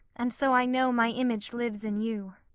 and so i know my image lives in you.